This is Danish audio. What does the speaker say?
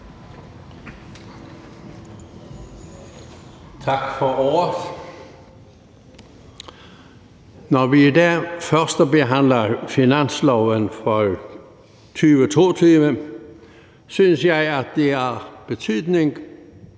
Tak for ordet. Når vi i dag førstebehandler finanslovsforslaget for 2022, synes jeg, at det er af betydning,